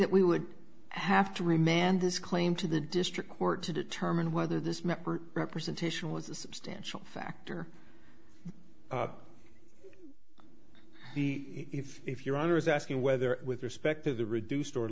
that we would have to remand this claim to the district court to determine whether this member representation was a substantial factor be if if your honor is asking whether with respect to the reduced or